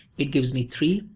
it gives me three.